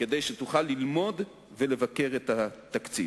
כדי שתוכל ללמוד ולבקר את התקציב.